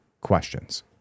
questions